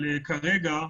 כרגע ,